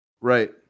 Right